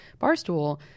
Barstool